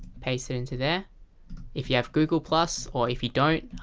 paste that into there if you have google plus or if you don't,